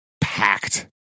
packed